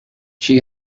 she